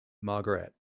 margaret